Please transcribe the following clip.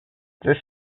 this